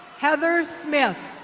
heather smith.